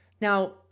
Now